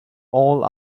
all